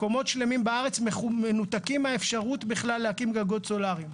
מקומות שלמים בארץ מנותקים מהאפשרות בכלל להקים גגות סולאריים.